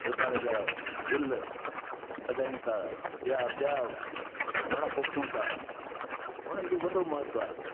प्रकार जा गुल लॻायूं था या ॿिया वण पोखियूं था उन्हनि जो वॾो महत्व आहे